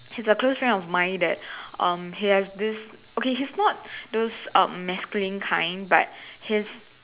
he's a close friend of mine that um he has this okay he's not those um masculine kind but his